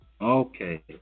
Okay